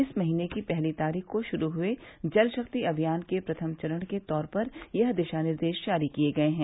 इस महीने की पहली तारीख को शुरू हुए जल शक्ति अभियान के प्रथम चरण के तौर पर यह दिशा निर्देश जारी किए गए हैं